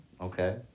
Okay